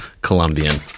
Colombian